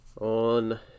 on